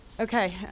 Okay